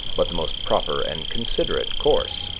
but the most proper and considerate course.